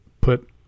put